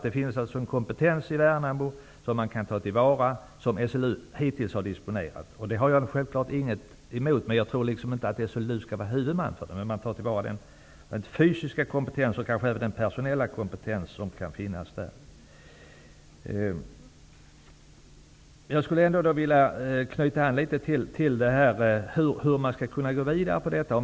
Det finns alltså i Värnamo en kompetens, som SLU hittills har disponerat, som man kan ta till vara. Det har jag självfallet ingenting emot, men jag tror inte att SLU skall vara huvudman. Man skall ta till vara den fysiska kompetensen och kanske även den personella kompetens som finns där. Jag skulle vilja knyta an till detta hur man kan gå vidare på detta område.